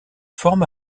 forme